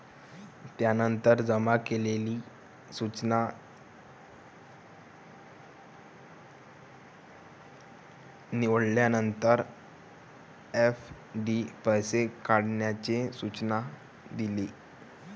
त्यानंतर जमा केलेली सूचना निवडल्यानंतर, एफ.डी पैसे काढण्याचे सूचना दिले